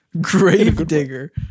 Gravedigger